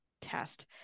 test